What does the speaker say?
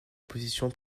position